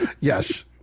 yes